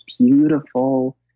beautiful